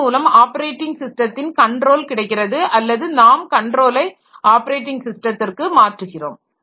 அதன் மூலம் ஆப்பரேட்டிங் ஸிஸ்டத்தின் கண்ட்ரோல் கிடைக்கிறது அல்லது நாம் கண்ட்ரோலை ஆப்பரேட்டிங் ஸிஸ்டத்திற்கு மாற்றுகிறோம்